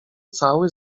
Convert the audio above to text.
cały